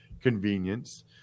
convenience